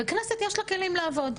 וכנסת יש לה כלים לעבוד.